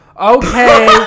Okay